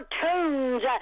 cartoons